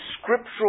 scriptural